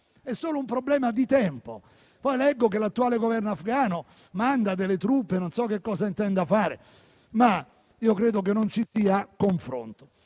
È solo un problema di tempo. Poi leggo che l'attuale Governo afghano manda truppe e non so cosa intenda fare, ma credo che non ci sia confronto.